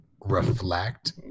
reflect